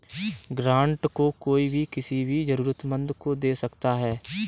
grant को कोई भी किसी भी जरूरतमन्द को दे सकता है